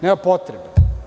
Nema potrebe.